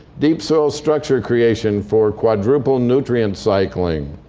deep soil structure creation for quadruple nutrient cycling.